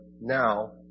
now